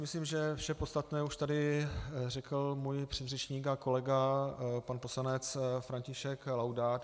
Myslím si, že vše podstatné už tady řekl můj předřečník a kolega pan poslanec František Laudát.